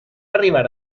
arribar